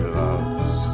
loves